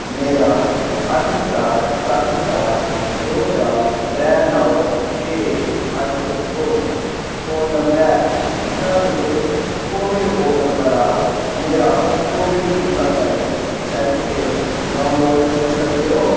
मेरा अट्ठ चार सत्त चार दो चार त्रै नौ छे अट्ठ दो फोन नंबर ऐ क्या तुस को विन पोर्टल परा मेरा कोविड टीकाकरण सर्टिफिकेट डाउनलोड करी सकदे ओ